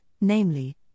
namely